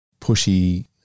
pushy